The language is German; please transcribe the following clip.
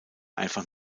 einfach